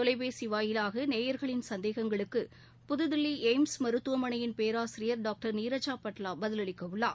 தொலைபேசி வாயிலாக நேயர்களின் சந்தேகங்களுக்கு புதுதில்லி எய்ம்ஸ் மருத்துவமனையின் பேராசிரியர் டாக்டர் நீரஜா பட்லா பதில் அளிக்க உள்ளார்